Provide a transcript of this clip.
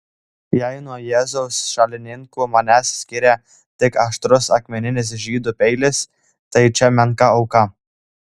jei nuo jėzaus šalininkų mane skiria tik aštrus akmeninis žydų peilis tai čia menka auka